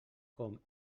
com